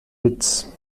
witz